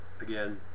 Again